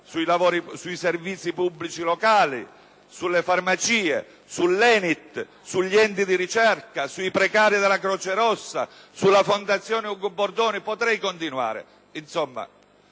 sui servizi pubblici locali, sulle farmacie, sull'ENIT, sugli enti di ricerca, sui precari della Croce rossa, sulla fondazione «Ugo Bordoni», e potrei continuare ancora.